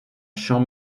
champ